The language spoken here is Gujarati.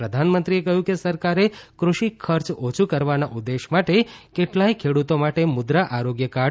પ્રધાનમંત્રી કહ્યુંકે સરકારે કૃષિ ખર્ચ ઓછું કરવાના ઉદ્દેશ્ય માટે કેટલાય ખેડૂતો માટે મુદ્રા આરોગ્ય કાર્ડ